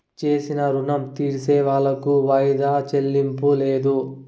చేసిన రుణం తీర్సేవాళ్లకు వాయిదా చెల్లింపు లేదు